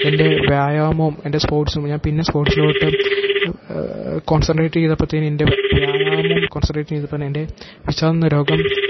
എൻ്റെ വ്യായാമവും എൻ്റെ സ്പോർട്സും ഞാൻ പിന്നെ സ്പോട്ട്സിലോട്ട് കോൺസെൻട്രേറ്റ് ചെയ്തപ്പോഴത്തേനെൻ്റെ വ്യായാമവും കോൺസൻട്രേറ്റ് ചെയ്തപ്പോൾ തന്നെയെൻ്റെ വിഷാദമെന്ന രോഗം